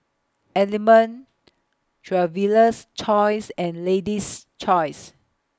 Element Traveler's Choice and Lady's Choice